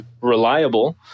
reliable